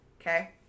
Okay